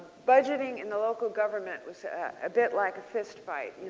budgeting in the local government was a bit like a fistfight.